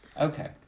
Okay